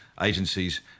agencies